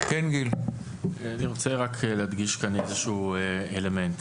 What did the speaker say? אני רוצה להדגיש כאן איזשהו אלמנט.